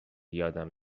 یادم